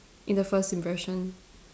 in the first impression